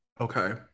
Okay